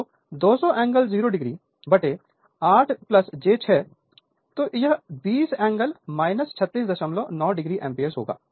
तो 200 angle 0o 8j 6 तो यह 20 एंगल 369o o एम्पीयर होगा